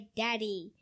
daddy